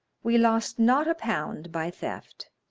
we lost not a pound by theft.